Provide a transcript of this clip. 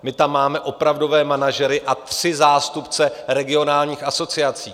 My tam máme opravdové manažery a tři zástupce regionálních asociací.